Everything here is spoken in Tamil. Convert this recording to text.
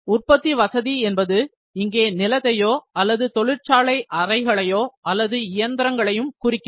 உற்பத்திவசதி என்பது இங்கே நிலத்தையோ அல்லது தொழிற்சாலை அறைகளையோ அல்லது இயந்திரங்களையும் குறிக்கிறது